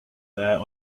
there